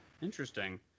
Interesting